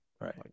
right